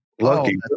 Lucky